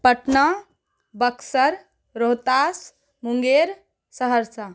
Patna Buxar Rohtas Munger Saharsa